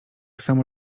samo